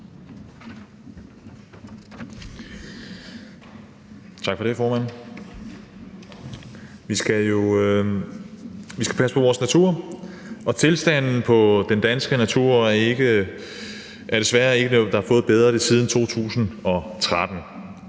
Tak for det, formand. Vi skal passe på vores natur, og tilstanden på den danske natur er desværre ikke en, der er blevet bedre siden 2013.